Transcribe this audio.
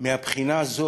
מהבחינה הזו